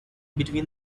between